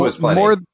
more